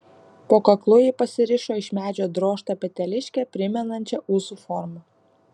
po kaklu ji pasirišo iš medžio drožtą peteliškę primenančią ūsų formą